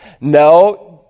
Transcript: No